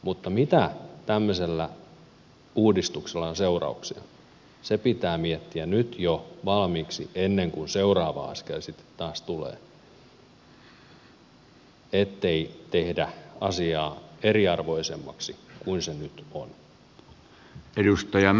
mutta mitä tämmöisellä uudistuksella on seurauksia se pitää miettiä nyt jo valmiiksi ennen kuin seuraava askel sitten taas tulee ettei tehdä asiaa eriarvoisemmaksi kuin se nyt on